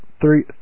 three